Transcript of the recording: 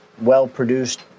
well-produced